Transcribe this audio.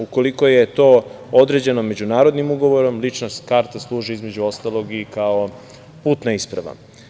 Ukoliko je to određeno međunarodnim ugovorom, lična karta služi između ostalog i kao putna isprava.